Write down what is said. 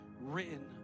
written